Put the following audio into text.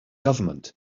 government